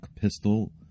pistol